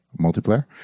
multiplayer